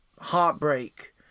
heartbreak